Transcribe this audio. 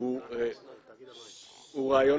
הוא רעיון